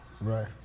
right